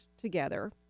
together